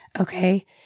Okay